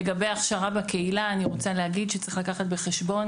לגבי הכשרה בקהילה - צריך לקחת בחשבון